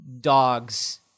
dogs